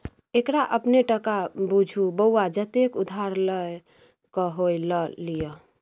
एकरा अपने टका बुझु बौआ जतेक उधार लए क होए ल लिअ